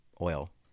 oil